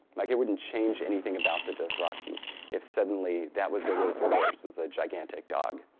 like it wouldn't change anything about the dothraki if suddenly that was their word for horse, was a gigantic dog,